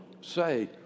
say